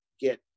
get